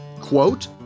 quote